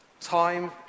time